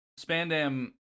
Spandam